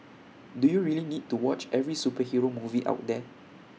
do you really need to watch every superhero movie out there